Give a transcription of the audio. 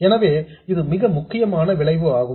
எனவே இது மிக முக்கியமான விளைவு ஆகும்